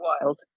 wild